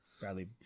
Bradley